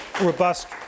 robust